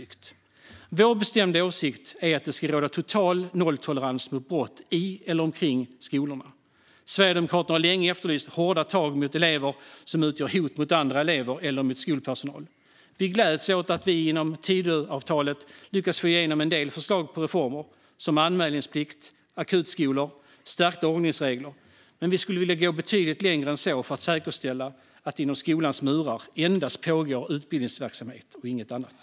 Sverigedemokraternas bestämda åsikt är att det ska råda total nolltolerans mot brott i och omkring skolorna. Vi har länge efterlyst hårda tag mot elever som utgör hot mot andra elever eller skolpersonal. Vi gläds åt att vi inom Tidöavtalet lyckats få igenom en del förslag på reformer, såsom anmälningsplikt, akutskolor och stärkta ordningsregler, men vi skulle vilja gå betydligt längre än så för att säkerställa att det inom skolans murar endast pågår utbildningsverksamhet och inget annat.